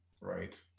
Right